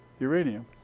Uranium